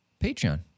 Patreon